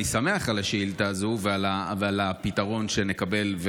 ואני שמח על השאילתה הזו ועל הפתרון שנקבל,